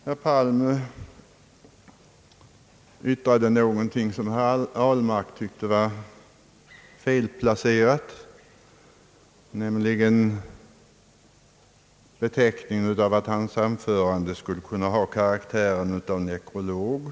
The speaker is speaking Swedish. Herr Palm yttrade någonting som herr Ahlmark tyckte var felplacerat, nämligen att hans anförande skulle kunna betecknas som en nekrolog.